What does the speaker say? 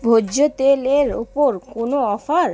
ভোজ্য তেলের ওপর কোনও অফার